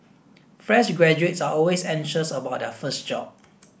fresh graduates are always anxious about their first job